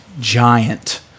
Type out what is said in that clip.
giant